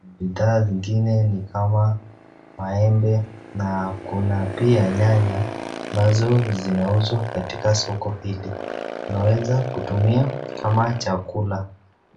bidhaa zingine ni kama maembe na kuna pia nyanya ambazo zinauzwa katika soko hili. Unaweza kutumia kama chakula.